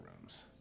rooms